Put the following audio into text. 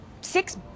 Six